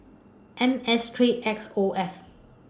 M S three X O F